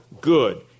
good